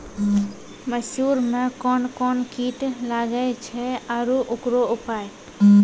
मसूर मे कोन कोन कीट लागेय छैय आरु उकरो उपाय?